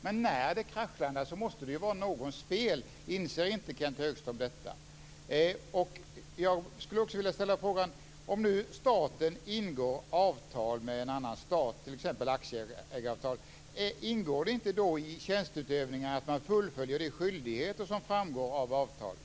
Men när det kraschlandar så måste det ju vara någons fel - inser inte Kenth Högström detta? Jag skulle också vilja ställa den här frågan: Om nu staten ingår ett avtal med en annan stat, t.ex. ett aktieägaravtal, ingår det då inte i tjänsteutövningen att man fullföljer de skyldigheter som framgår av avtalet?